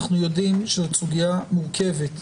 אנחנו יודעים שזאת סוגיה מורכבת.